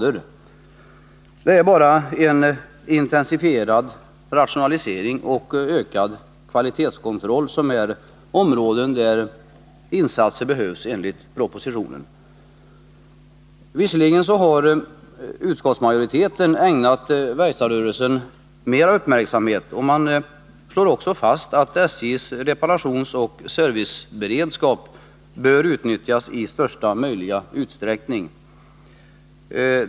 Det är enligt propositionen bara på områdena intensifierad rationalisering och ökad kvalitetskontroll som insatser behövs. Visserligen har utskottet ägnat verkstadsrörelsen mer uppmärksamhet, och utskottsmajoriteten slår fast att SJ:s reparationsoch serviceberedskap bör utnyttjas i största möjliga utsträckning.